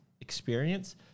experience